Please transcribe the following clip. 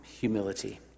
humility